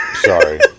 Sorry